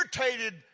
irritated